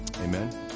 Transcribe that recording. Amen